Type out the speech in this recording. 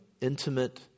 intimate